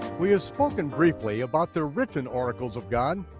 we have spoken briefly about the written oracles of god,